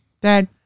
Dad